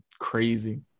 crazy